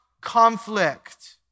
conflict